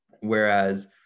Whereas